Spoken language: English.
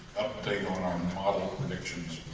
update on our model predictions